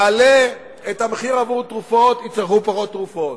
נעלה את המחיר עבור תרופות, יצרכו פחות תרופות,